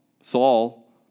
Saul